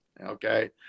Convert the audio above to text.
Okay